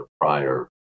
prior